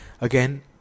Again